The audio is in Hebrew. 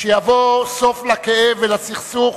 שיבוא סוף לכאב ולסכסוך